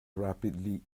rapidly